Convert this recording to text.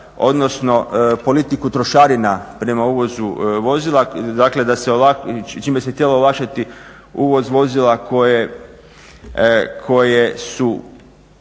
odnosno politiku trošarina prema uvozu vozila. Dakle čime se htjelo olakšati uvoz vozila koje su